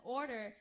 order